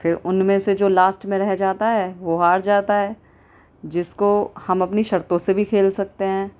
پھر ان میں سے جو لاسٹ میں رہ جاتا ہے وہ ہار جاتا ہے جس کو ہم اپنی شرطوں سے بھی کھیل سکتے ہیں